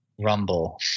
rumble